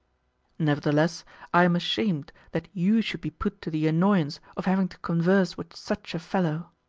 nevertheless i am ashamed that you should be put to the annoyance of having to converse with such a fellow.